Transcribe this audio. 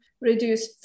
reduce